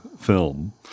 film